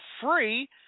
free